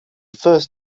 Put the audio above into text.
first